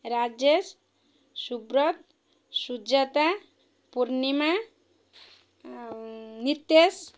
Rajesh Subrata Sujata Purnima Nitesh